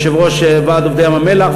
יושב-ראש ועד עובדי "מפעלי ים-המלח",